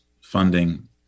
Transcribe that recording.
funding